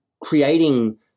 creating